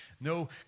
No